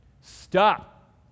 stop